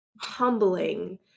humbling